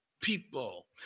people